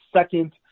second